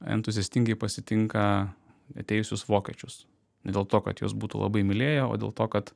entuziastingai pasitinka atėjusius vokiečius ne dėl to kad juos būtų labai mylėję o dėl to kad